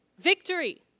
Victory